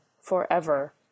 forever